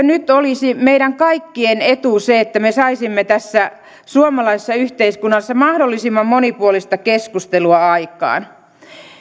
nyt olisi meidän kaikkien etu että me saisimme tässä suomalaisessa yhteiskunnassa mahdollisimman monipuolista keskustelua aikaan